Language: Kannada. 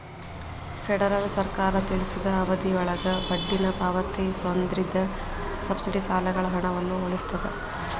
ಫೆಡರಲ್ ಸರ್ಕಾರ ತಿಳಿಸಿದ ಅವಧಿಯೊಳಗ ಬಡ್ಡಿನ ಪಾವತಿಸೋದ್ರಿಂದ ಸಬ್ಸಿಡಿ ಸಾಲಗಳ ಹಣವನ್ನ ಉಳಿಸ್ತದ